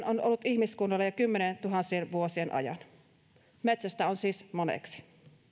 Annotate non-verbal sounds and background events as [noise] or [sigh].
[unintelligible] on tehnyt ihmiskunnalle jo kymmenientuhansien vuosien ajan metsästä on siis moneksi